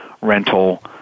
rental